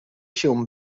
się